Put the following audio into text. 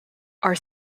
are